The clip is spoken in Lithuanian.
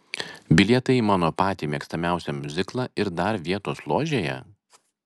bilietai į mano patį mėgstamiausią miuziklą ir dar vietos ložėje